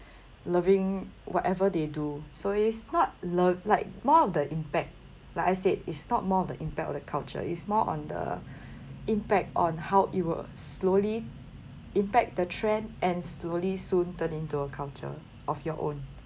loving whatever they do so it's not look like more of the impact like I said it's not more of the impact of the culture it's more on the impact on how it will slowly impact the trend and slowly soon turn into a culture of your own